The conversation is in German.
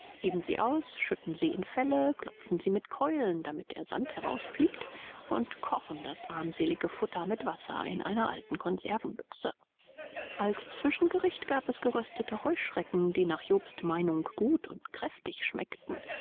heben sie aus schütten sie in felle klopfen sie mit keulen damit der sand herausfliegt und kochen das armselige futter mit wasser in einer alten konservenbüchse als zwischengericht gab es geröstete heuschrecken die nach jobsts meinung gut und kräftig schmeckten